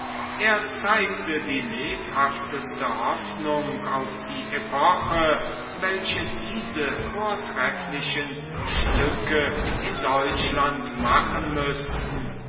er zeigte die lebhafteste hoffnung auf die epoche welche diese vortrefflichen stücke in deutschland machen müßten